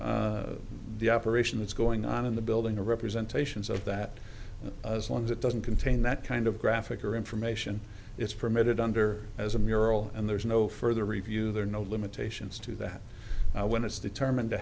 of the operation that's going on in the building a representation of that as long as it doesn't contain that kind of graphic or information it's permitted under as a mural and there's no further review there no limitations to that when it's determined to